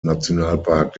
nationalpark